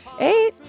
eight